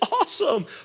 awesome